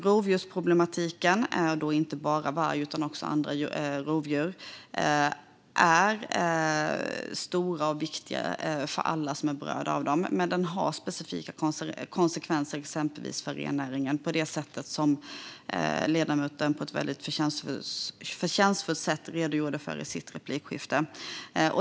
Rovdjursproblematiken - det är inte bara varg utan också andra rovdjur - är stor och viktig för alla som är berörda av den, men den har specifika konsekvenser exempelvis för rennäringen på det sätt som ledamoten på ett förtjänstfullt sätt redogjorde för i sitt replikskifte.